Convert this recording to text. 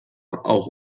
auch